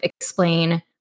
explain